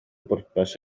bwrpas